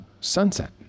sunset